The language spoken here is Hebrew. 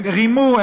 הם רימו,